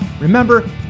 Remember